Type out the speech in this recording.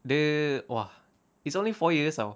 dia !wah! it's only four years ah